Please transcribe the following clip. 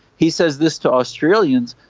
he says this to australians,